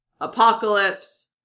Apocalypse